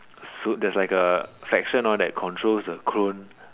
there's like a section hor that controls the clone